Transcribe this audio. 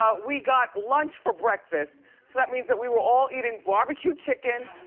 ah we got lunch for breakfast so that means that we were all eating barbecue chicken,